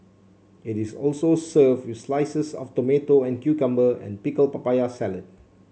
it is also served with slices of tomato and cucumber and pickle papaya salad